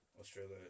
Australia